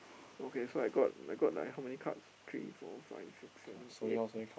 okay so I got I got like how many cards three four five six seven eight